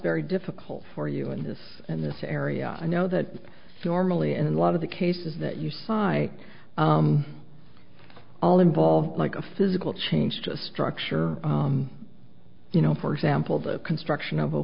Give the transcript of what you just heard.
very difficult for you in this in this area i know that normally in a lot of the cases that you spy all involve like a physical change to a structure you know for example the construction of